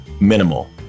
Minimal